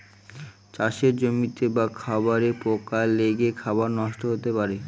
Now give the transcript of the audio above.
চাষের জমিতে বা খাবারে পোকা লেগে খাবার নষ্ট হতে পারে